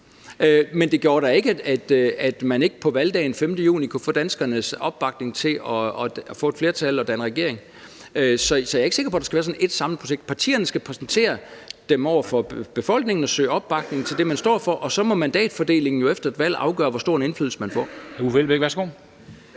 Men det betød da ikke, at man ikke på valgdagen den 5. juni kunne få danskernes opbakning og få et flertal og danne regering. Så jeg er ikke sikker på, at der skal være ét samlet projekt. Partierne skal præsentere deres projekt over for befolkningen og søge opbakning til det, man står for, og så må mandatfordelingen jo efter et valg afgøre, hvor stor en indflydelse man får. Kl.